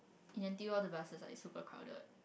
in N_T_U all the buses are like super crowded